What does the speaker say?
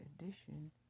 edition